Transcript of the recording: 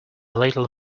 little